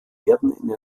werden